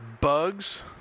bugs